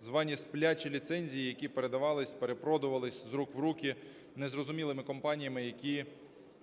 звані сплячі ліцензії, які передавалися, перепродувалися з рук в руки незрозумілими компаніями, які